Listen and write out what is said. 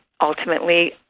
ultimately